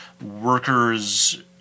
worker's